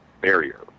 barrier